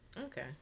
Okay